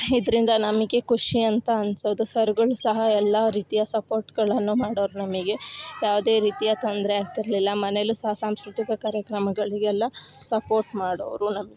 ಇದರಿಂದ ನಮಗೆ ಖುಷಿ ಅಂತ ಅನಿಸೋದು ಸರ್ಗಳು ಸಹ ಎಲ್ಲ ರೀತಿಯ ಸಪೋರ್ಟ್ಗಳನ್ನು ಮಾಡೋರು ನಮಗೆ ಯಾವುದೇ ರೀತಿಯ ತೊಂದರೆ ಆಗ್ತಿರಲಿಲ್ಲ ಮನೇಲು ಸಹ ಸಾಂಸ್ಕೃತಿಕ ಕಾರ್ಯಕ್ರಮಗಳಿಗೆಲ್ಲ ಸಪೋರ್ಟ್ ಮಾಡೋರು ನಮಗೆ